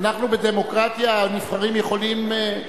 אנחנו בדמוקרטיה, הנבחרים יכולים,